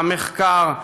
המחקר,